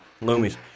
loomis